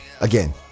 again